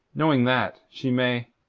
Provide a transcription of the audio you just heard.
knowing that, she may.